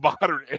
modern